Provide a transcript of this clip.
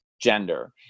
gender